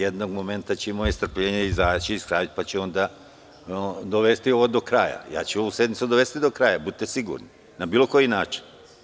Jednog momenta će i moje strpljenje izaći pa ću onda dovesti ovo do kraja, ovu sednicu dovesti do kraja, budite sigurni, na bilo koji način.